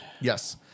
Yes